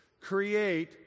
Create